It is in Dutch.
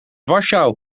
warschau